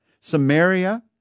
Samaria